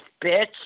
bitch